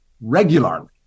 regularly